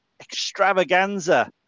Extravaganza